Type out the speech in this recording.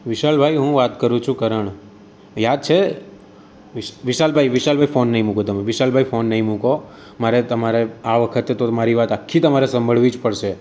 વિશાલ ભાઈ હું વાત કરું છું કરણ યાદ છે વિશાલ ભાઈ વિશાલ ભાઈ ફોન નહીં મૂકો તમે વિશાલ ભાઈ ફોન નહીં મૂકો મારે તમારે આ વખતે તો મારી વાત આખી તમારે સાંભળવી જ પડશે